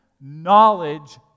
knowledge